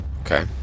Okay